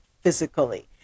physically